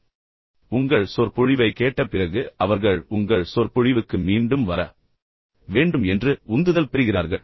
எனவே உங்கள் சொற்பொழிவைக் கேட்ட பிறகு அவர்கள் உங்கள் சொற்பொழிவுக்கு மீண்டும் வர வேண்டும் என்று உந்துதல் பெறுகிறார்கள்